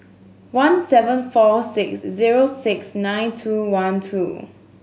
one seven four six zero six nine two one two